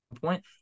point